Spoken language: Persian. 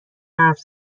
حرف